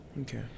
okay